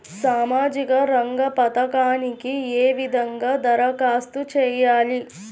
సామాజిక రంగ పథకాలకీ ఏ విధంగా ధరఖాస్తు చేయాలి?